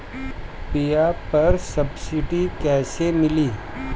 बीया पर सब्सिडी कैसे मिली?